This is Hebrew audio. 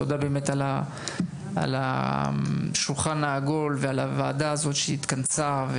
תודה על השולחן העגול וועדת המנכ"לים שהתכנסה.